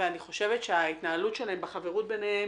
אני חושבת שההתנהלות שלהם והחברות ביניהם